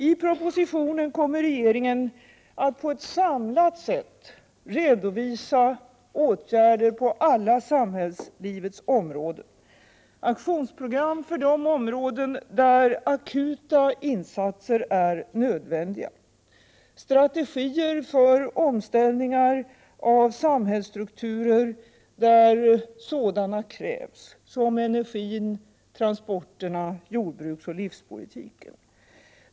I propositionen kommer regeringen att på ett samlat sätt redovisa åtgärder på alla samhällslivets områden, aktionsprogram för de områden där akuta insatser är nödvändiga, strategier för omställningar i samhällsstrukturen där sådana krävs såsom när det gäller energin, transporterna, jordbruksoch livsmedelspolitiken.